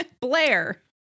Blair